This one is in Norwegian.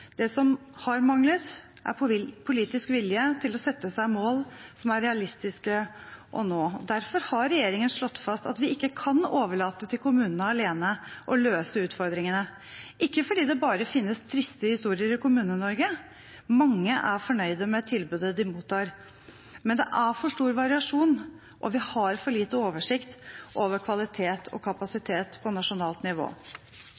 Det som har manglet, er politisk vilje til å sette seg mål som er realistiske å nå. Derfor har regjeringen slått fast at vi ikke kan overlate til kommunene alene å løse utfordringene, ikke fordi det bare finnes triste historier i Kommune-Norge – mange er fornøyd med tilbudet de mottar – men det er for stor variasjon, og vi har for lite oversikt over kvalitet og kapasitet på nasjonalt nivå.